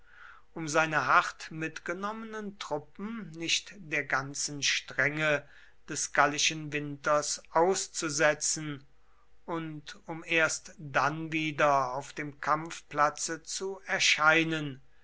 um seine hart mitgenommenen truppen nicht der ganzen strenge des gallischen winters auszusetzen und um erst dann wieder auf dem kampfplatze zu erscheinen